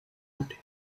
party